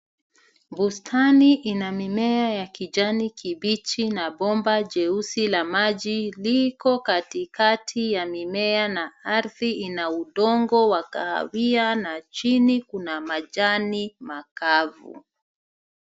Bustani ina mimea ya kijani kibichi na bomba jeusi la maji, liko katikati ya mimea na ardhi ina udongo wa kahawia na chini kuna majani makavu.